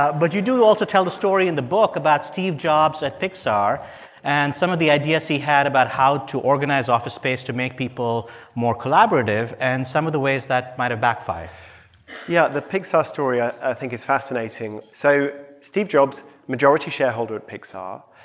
ah but you do also tell the story in the book about steve jobs at pixar and some of the ideas he had about how to organize office space to make people more collaborative and some of the ways that might have backfired yeah, the pixar story i think is fascinating. so steve jobs, majority shareholder at pixar,